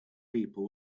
people